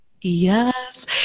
Yes